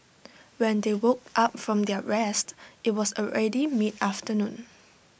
when they woke up from their rest IT was already mid afternoon